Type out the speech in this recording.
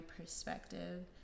perspective